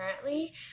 currently